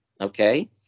okay